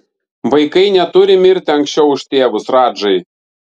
vaikai neturi mirti anksčiau už tėvus radžai